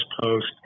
Post